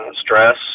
Stress